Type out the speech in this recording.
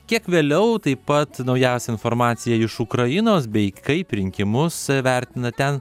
kiek vėliau taip pat naujausia informacija iš ukrainos bei kaip rinkimus vertina ten